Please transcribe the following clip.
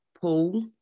Paul